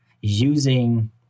using